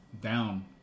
down